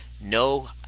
No